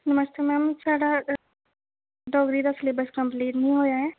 नमस्ते madam साढ़ा डोगरी दा syllabus complete निं होया ऐ